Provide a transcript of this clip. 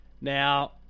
Now